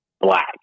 black